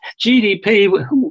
GDP